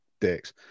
dicks